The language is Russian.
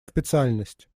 специальность